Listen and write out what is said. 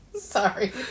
Sorry